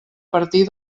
partir